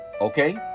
Okay